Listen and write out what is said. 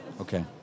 Okay